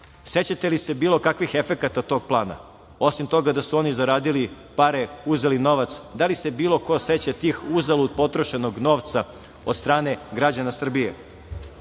Sećate li se bilo kakvih efekata tog plana, osim toga da su oni zaradili pare, uzeli novac, da li se bilo ko seća tog uzalud potrošenog novca od strane građana Srbije?